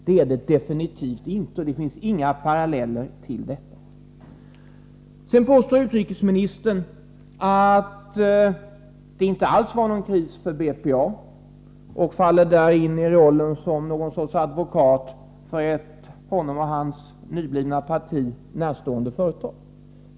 Det är det definitivt inte, och det finns inga paralleller till detta. Sedan påstår utrikesministern att det inte alls var någon kris för BPA, och faller därvid in i rollen som någon sorts advokat för ett honom och hans — nyblivna — parti närstående företag.